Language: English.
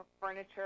furniture